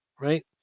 Right